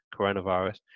Coronavirus